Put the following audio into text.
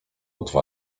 dwa